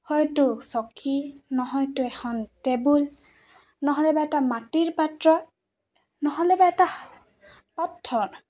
হয়তো চকী নহয়তো এখন টেবুল নহ'লে বা এটা মাটিৰ পাত্ৰ নহ'লে বা এটা পাথৰ